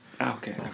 Okay